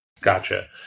Gotcha